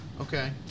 okay